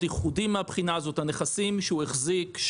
ייחודי מהבחינה הזאת: הנכסים שהוא החזיק,